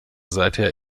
seither